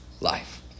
life